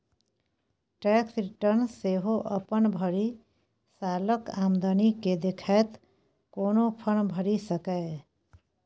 tax return सेहो अपन भरि सालक आमदनी केँ देखैत कोनो फर्म भरि सकैए